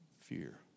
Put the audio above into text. fear